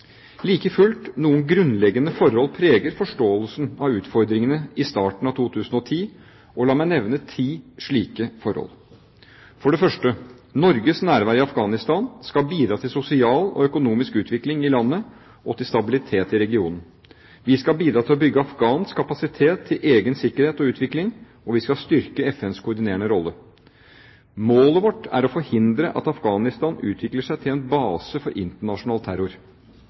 Like fullt, noen grunnleggende forhold preger forståelsen av utfordringene i starten av 2010, og la meg nevne ti slike forhold: For det første: Norges nærvær i Afghanistan skal bidra til sosial og økonomisk utvikling i landet og til stabilitet i regionen. Vi skal bidra til å bygge afghansk kapasitet til egen sikkerhet og utvikling, og vi skal styrke FNs koordinerende rolle. Målet vårt er å forhindre at Afghanistan utvikler seg til en base for internasjonal terror.